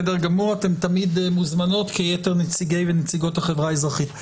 כיתר נציגי ונציגות החברה האזרחית.